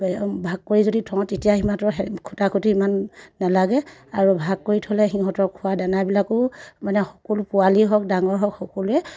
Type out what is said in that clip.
ভাগ কৰি যদি থওঁ তেতিয়া সিহঁতৰ খুটা খুটি ইমান নালাগে আৰু ভাগ কৰি থ'লে সিহঁতৰ খোৱা দানাবিলাকো মানে সকলো পোৱালি হওক ডাঙৰ হওক সকলোৱে